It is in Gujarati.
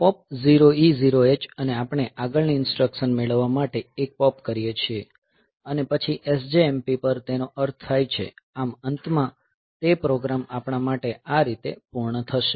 પોપ 0E0 H અને આપણે આગળની ઇન્સ્ટ્રકશન મેળવવા માટે એક પોપ કરીએ છીએ અને પછી SJMP પર તેનો અર્થ થાય છે આમ અંતમાં ટે પ્રોગ્રામ આપણા માટે આ રીતે પૂર્ણ થશે